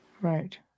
Right